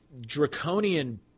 draconian